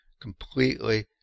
completely